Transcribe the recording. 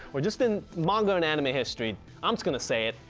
or just in manga and anime history i'm just gonna say it.